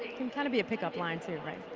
can kind of be a pick-up line too, right?